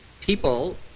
people